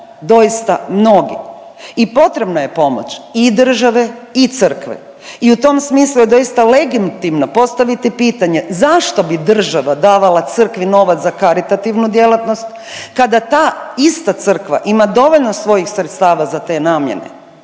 doista mnogi i potrebna je pomoć i države i crkve i u tom smislu je doista legitimno postaviti pitanje zašto bi država davala crkvi novac za karitativnu djelatnost kada ta ista crkva ima dovoljno svojih sredstava za te namjene